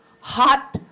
Hot